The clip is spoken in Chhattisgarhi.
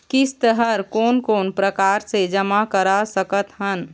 किस्त हर कोन कोन प्रकार से जमा करा सकत हन?